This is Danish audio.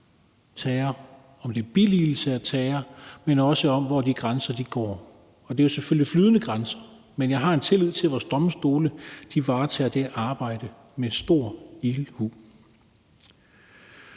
om det er billigelse af terror, men også om, hvor de grænser går. Og det er jo selvfølgelig flydende grænser. Men jeg har en tillid til, at vores domstole varetager det arbejde med stor ildhu.